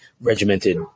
regimented